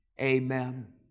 Amen